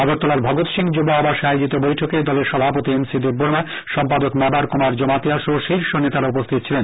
আগরতলার ভগৎ সিং যুব আবাসে আয়োজিত বৈঠকে দলের সভাপতি এনসি দেববর্মা সম্পাদক মেবার কুমার জমাতিয়া সহ শীর্ষ নেতারা উপস্থিত ছিলেন